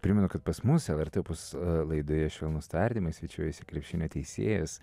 primenu kad pas mus lrt opus laidoje švelnūs tardymai svečiuojasi krepšinio teisėjas